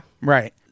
Right